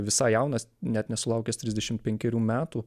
visai jaunas net nesulaukęs trisdešim penkerių metų